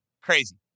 Crazy